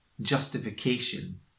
justification